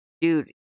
Dude